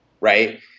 right